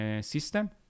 system